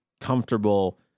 comfortable